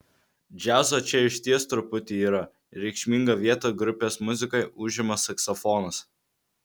džiazo čia išties truputį yra reikšmingą vietą grupės muzikoje užima saksofonas